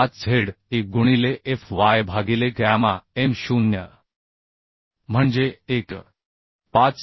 5 ze गुणिले f y भागिले gamma m0 म्हणजे 1